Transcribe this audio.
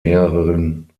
mehreren